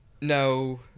No